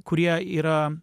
kurie yra